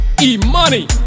E-Money